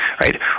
right